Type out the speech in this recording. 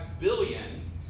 billion